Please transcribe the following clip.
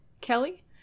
Kelly